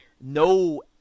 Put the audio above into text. no